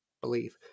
believe